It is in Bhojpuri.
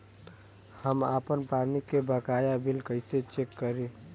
हम आपन पानी के बकाया बिल कईसे चेक करी?